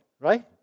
right